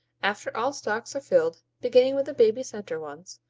after all stalks are filled, beginning with the baby center ones,